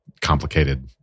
complicated